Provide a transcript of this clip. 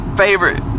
favorite